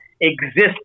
exist